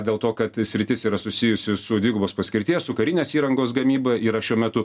dėl to kad sritis yra susijusi su dvigubos paskirties su karinės įrangos gamyba yra šiuo metu